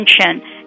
attention